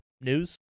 News